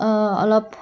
অলপ